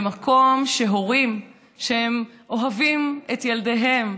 במקום שהורים שאוהבים את ילדיהם,